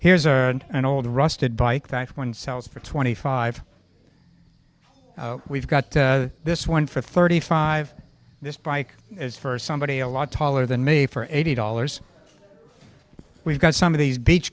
here's an old rusted bike that one sells for twenty five we've got this one for thirty five this bike is for somebody a lot taller than me for eighty dollars we've got some of these beach